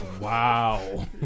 Wow